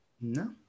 No